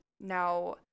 Now